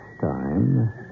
time